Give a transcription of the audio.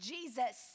Jesus